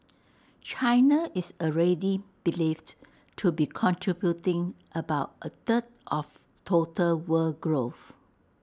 China is already believed to be contributing about A third of total world growth